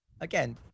again